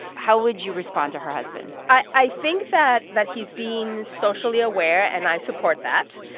how would you respond to her husband? i think that that he's being socially aware, and i support that.